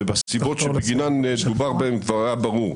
ובסיבות שבגינן דובר בהן כבר היה ברור.